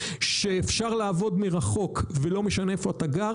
שאפשר לעבוד מרחוק ולא משנה איפה אתה גר,